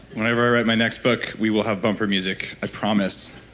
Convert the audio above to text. whenever i write my next book we will have bumper music, i promise